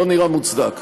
לא נראה מוצדק.